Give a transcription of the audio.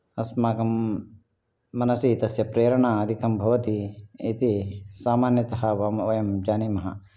अस्माकं मनसि तस्य प्रेरणा अधिकं भवति इति सामान्यतया वयं जानीमः